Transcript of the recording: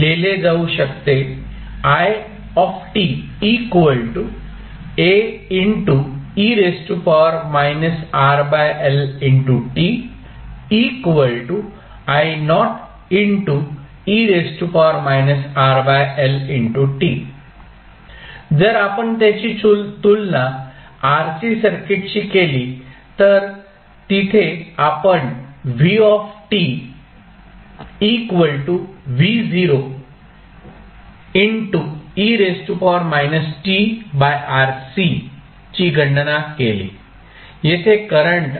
म्हणून वरील इक्वेशन मध्ये लिहिले जाऊ शकते जर आपण त्याची तुलना RC सर्किटशी केली तर तिथे आपण ची गणना केली येथे करंट